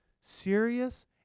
serious